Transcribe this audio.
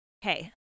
hey